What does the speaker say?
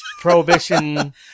prohibition